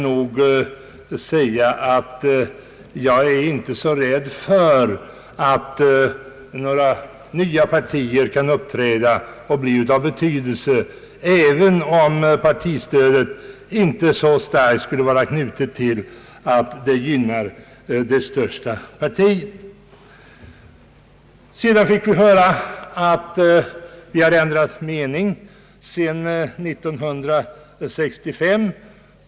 Jag är inte särskilt rädd för att några nya partier kan uppträda och bli av betydelse även om partistödet inte så starkt skulle vara knutet till att gynna det största partiet. Vi fick också höra att vi har ändrat mening sedan år 1965.